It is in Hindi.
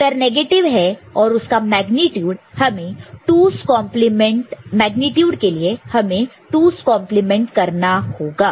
उत्तर नेगेटिव है और उसका मेग्नीट्यूड हमें 2's कंप्लीमेंट 2's complement करने पर मिलेगा